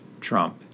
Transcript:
Trump